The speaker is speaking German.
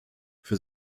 für